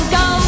go